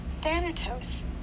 Thanatos